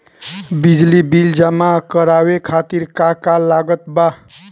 बिजली बिल जमा करावे खातिर का का लागत बा?